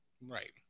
Right